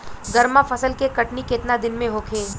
गर्मा फसल के कटनी केतना दिन में होखे?